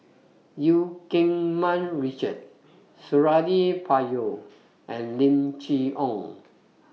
EU Keng Mun Richard Suradi Parjo and Lim Chee Onn